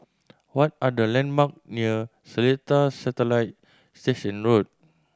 what are the landmark near Seletar Satellite Station Road